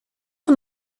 van